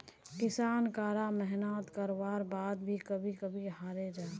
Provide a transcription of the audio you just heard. किसान करा मेहनात कारवार बाद भी कभी कभी हारे जाहा